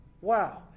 Wow